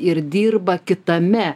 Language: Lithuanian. ir dirba kitame